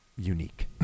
unique